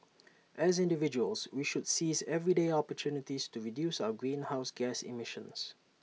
as individuals we should seize everyday opportunities to reduce our greenhouse gas emissions